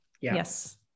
Yes